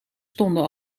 stonden